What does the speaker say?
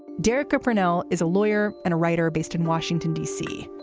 derica purnell is a lawyer and a writer based in washington, dc.